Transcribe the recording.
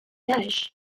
âge